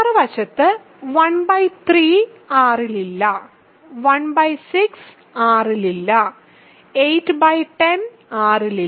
മറുവശത്ത് 13 R ൽ ഇല്ല 16 R ൽ ഇല്ല 810 R ൽ ഇല്ല